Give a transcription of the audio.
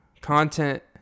content